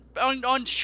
on